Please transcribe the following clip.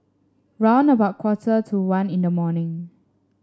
round about quarter to one in the morning